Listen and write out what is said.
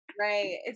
Right